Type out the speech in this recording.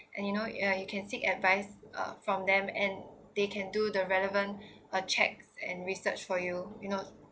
and you know ya you can seek advice uh from them and they can do the relevant uh checks and research for you you know